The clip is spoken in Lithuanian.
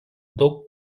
daug